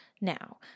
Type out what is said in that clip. now